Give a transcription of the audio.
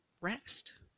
rest